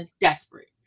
desperate